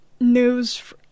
news